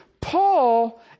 Paul